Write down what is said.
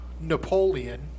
Napoleon